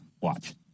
Watch